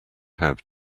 have